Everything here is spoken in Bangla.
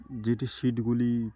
যেটির সিটগুলি